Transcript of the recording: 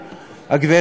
הוא,